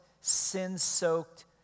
sin-soaked